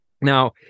now